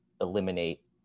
eliminate